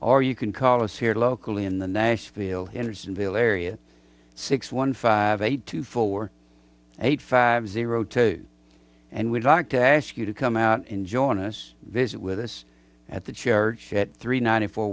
or you can call us here locally in the nashville andersonville area six one five eight two four eight five zero two and we'd like to ask you to come out and join us visit with us at the church three ninety four